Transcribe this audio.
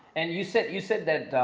and you said you said that.